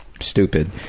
stupid